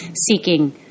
seeking